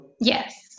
Yes